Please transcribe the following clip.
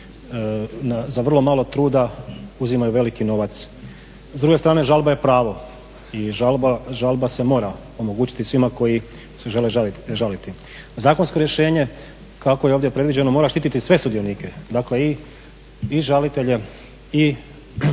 za vrlo malo trudna uzimaju veliki novac. S druge strane, žalba je pravo i žalba se mora omogućiti svima koji se žele žaliti. Zakonsko rješenje kako je ovdje predviđeno mora štititi sve sudionike, dakle i žalitelje i